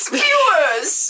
viewers